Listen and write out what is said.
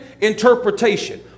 interpretation